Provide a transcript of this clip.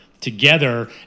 together